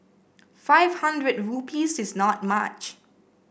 five hundred rupees is not much